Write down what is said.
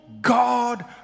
God